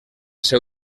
seu